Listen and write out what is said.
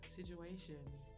situations